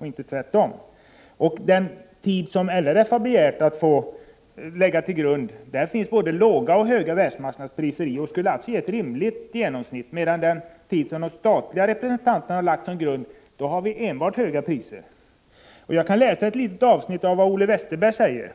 Den period som LRF har begärt att få lägga till grund finns det både låga och höga världsmarknadspriser i, vilket skulle ge ett rimligt genomsnitt, medan den tid som de statliga representanterna har lagt som grund har enbart höga priser. Jag kan läsa ett litet avsnitt av vad Ole Westerberg säger: